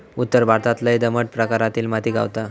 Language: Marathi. उत्तर भारतात लय दमट प्रकारातली माती गावता